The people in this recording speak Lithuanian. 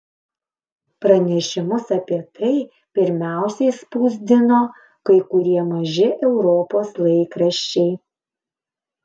pranešimus apie tai pirmiausia išspausdino kai kurie maži europos laikraščiai